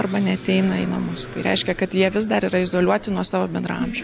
arba neateina į namus tai reiškia kad jie vis dar yra izoliuoti nuo savo bendraamžių